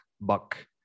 Buck